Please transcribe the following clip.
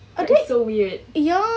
that is so weird